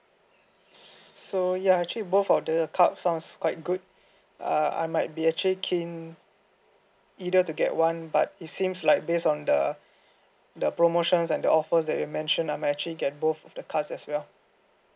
so ya actually both of the cards sounds quite good uh I might be actually keen either to get one but it seems like based on the the promotions and the offers that you mentioned I'm actually get both of the cards as well